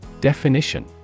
Definition